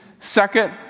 Second